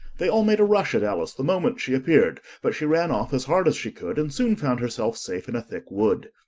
they all made a rush at alice the moment she appeared but she ran off as hard as she could, and soon found herself safe in a thick wood.